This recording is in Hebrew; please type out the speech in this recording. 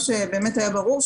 מה שהיה ברור,